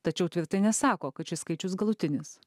tačiau tvirtai nesako kad šis skaičius galutinis